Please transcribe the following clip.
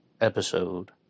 episode